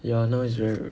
ya now is very ver~